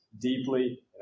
deeply